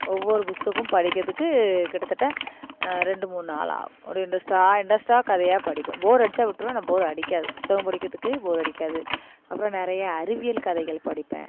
ஒவ்வொரு புத்தகமும் படிக்கிறதுக்கு கிட்டத்தட்ட ரெண்டு மூணு நாள் ஆகும் ஒரு இன்ட்ரெஸ்ட்டாக இன்ட்ரெஸ்ட்டாக கதையை படிப்பேன் போர் அடிச்சால் விட்டிருவேன் ஆனால் போர் அடிக்காது புத்தகம் படிக்கிறத்துக்கு போர் அடிக்காது அப்புறம் நிறைய அறிவியல் கதைகள் படிப்பேன்